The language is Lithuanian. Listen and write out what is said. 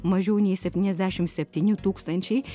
mažiau nei septyniasdešimt septyni tūkstančiai